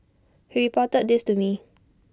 he reported this to me